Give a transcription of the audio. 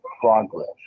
progress